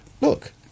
look